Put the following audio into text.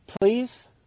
please